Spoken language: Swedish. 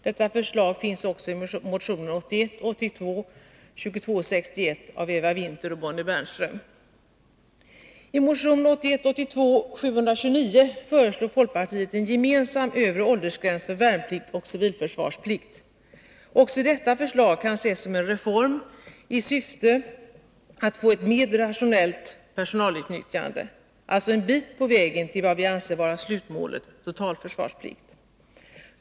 Detta förslag finns också i motion 1981 82:729 föreslår folkpartiet en gemensam övre åldersgräns för värnplikt och civilförsvarsplikt. Också detta förslag kan ses som en reform i syfte att få ett mer rationellt personalutnyttjande — alltså en bit på vägen till vad vi anser vara slutmålet, totalförsvarsplikt.